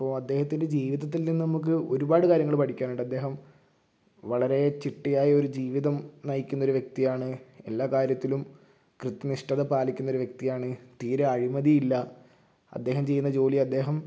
അപ്പോൾ അദ്ദേഹത്തിൻ്റെ ജീവിതത്തിൽ നിന്ന് നമുക്ക് ഒരുപാട് കാര്യങ്ങൾ പഠിക്കാനുണ്ട് അദ്ദേഹം വളരെ ചിട്ടയായ ഒരു ജീവിതം നയിക്കുന്ന ഒരു വ്യക്തിയാണ് എല്ലാ കാര്യത്തിലും കൃത്യനിഷ്ഠ പാലിക്കുന്ന ഒരു വ്യക്തിയാണ് തീരെ അഴിമതിയില്ല അദ്ദേഹം ചെയ്യുന്ന ജോലി അദ്ദേഹം